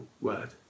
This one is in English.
word